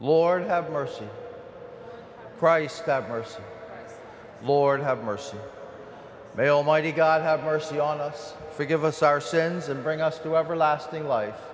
lord have mercy price that verse lord have mercy male mighty god have mercy on us forgive us our sins and bring us to everlasting life